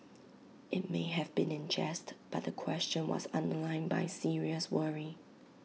IT may have been in jest but the question was underlined by serious worry